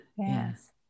Yes